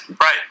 right